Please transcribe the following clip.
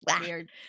weird